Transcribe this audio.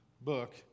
book